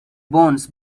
bones